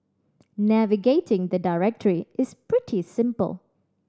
navigating the directory is pretty simple